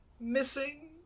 missing